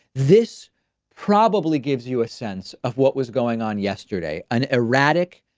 this probably gives you a sense of what was going on yesterday. an erratic,